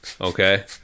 Okay